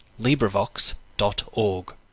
LibriVox.org